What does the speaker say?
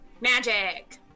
Magic